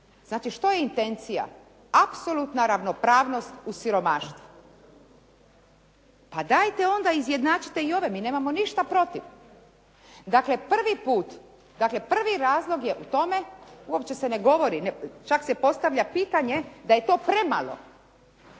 Znači, što je intencija? Apsolutna ravnopravnost u siromaštvu. Pa dajte onda izjednačite i ove, mi nemamo ništa protiv. Dakle, prvi put, prvi razlog je u tome, uopće se ne govori, čak se postavlja pitanje da je to premalo